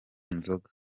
nzoga